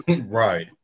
Right